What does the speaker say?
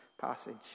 passage